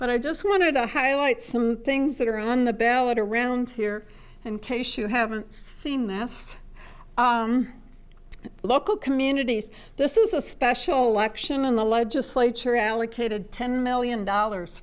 but i just wanted to highlight some things that are on the ballot around here and case you haven't seen that local communities this is a special election in the legislature allocated ten million dollars